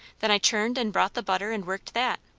then i churned and brought the butter and worked that.